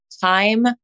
time